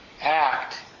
act